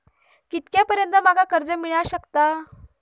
कितक्या पर्यंत माका कर्ज मिला शकता?